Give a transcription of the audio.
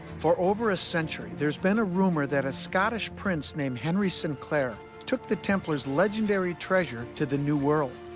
for over a century, there's been a rumor that a scottish prince named henry sinclair took the templars legendary treasure to the new world.